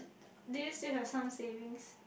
do you still have some savings